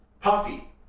puffy